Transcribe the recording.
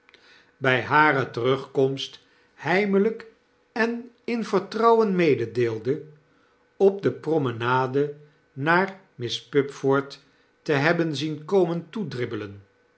by hare terugkomst heimelp en in vertrouwen mededeelde op de promenade naar miss pupford te hebben zien komen